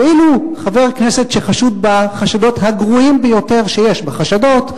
ואילו חבר כנסת שחשוד בחשדות הגרועים ביותר שיש בחשדות,